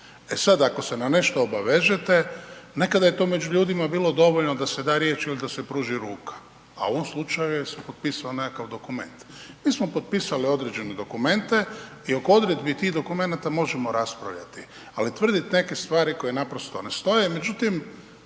E sada ako se na nešto obavežete, nekada je to među ljudima bilo dovoljno da se da riječ ili da se pruži ruka, a u ovom slučaju se potpisao nekakav dokument. Mi smo potpisali određene dokumente i oko odredbi tih dokumenata možemo raspravljati, ali tvrdit neke stvari koje naprosto ne stoje. Međutim,